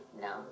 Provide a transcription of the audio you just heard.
No